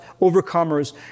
overcomers